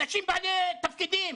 אנשים בעלי תפקידים,